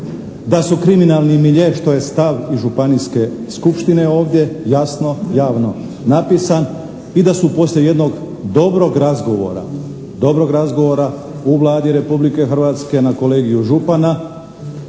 da su kriminalni milje što je i stav županijske skupštine ovdje jasno javno napisan i da su poslije jednog dobrog razgovora u Vladi Republike Hrvatske na Kolegiju župana,